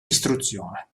istruzione